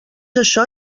això